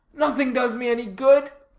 nothing does me any good